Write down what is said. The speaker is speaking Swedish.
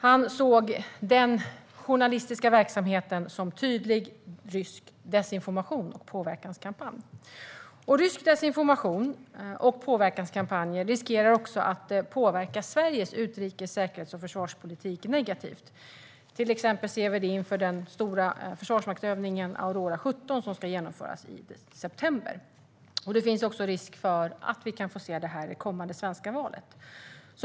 Han såg denna journalistiska verksamhet som tydlig rysk desinformation och påverkanskampanj. Rysk desinformation och påverkanskampanjer riskerar också att påverka Sveriges utrikes, säkerhets och försvarspolitik negativt. Till exempel ser vi det inför den stora försvarsmaktsövningen Aurora 17 som ska genomföras i september. Det finns också risk för att vi kan få se detta i det kommande svenska valet.